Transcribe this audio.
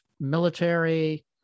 military